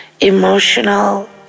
emotional